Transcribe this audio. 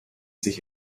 sich